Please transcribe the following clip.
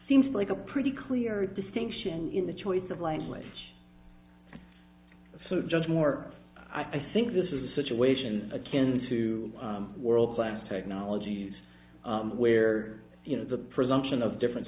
seems like a pretty clear distinction in the choice of language so judge moore i think this is a situation akin to world class technologies where you know the presumption of different